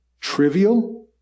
trivial